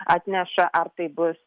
atneša ar tai bus